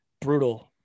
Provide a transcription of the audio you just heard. Brutal